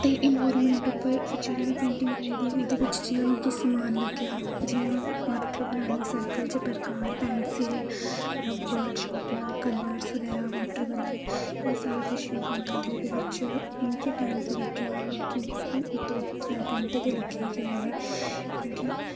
ते एन्वायरमेंट उप्पर जेह्ड़ी में पेंटिंग बनाई दी ऐ ओह्दे बिच जि'यां मिगी समान लग्गेआ जि'यां एअर्थ बनानी सर्कल च प्रकार पेंसिल रबड़ शार्पनर कलर्स बगैरा वॉटर कलर एह् सारा किश यूज़ होंदा ते ओह्दे बिच मिगी टाइम ते लग्गेआ हा मिगी दो त्रैऽ घैंटे ते लग्गी गै गे ते क्योंकि